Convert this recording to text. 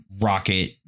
rocket